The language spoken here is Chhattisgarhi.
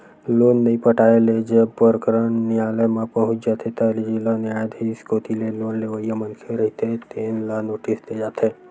लोन नइ पटाए ले जब प्रकरन नियालय म पहुंच जाथे त जिला न्यायधीस कोती ले लोन लेवइया मनखे रहिथे तेन ल नोटिस दे जाथे